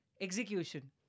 execution